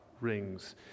rings